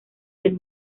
del